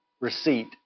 receipt